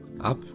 Up